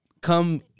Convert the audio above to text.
come